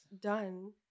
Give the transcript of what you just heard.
Done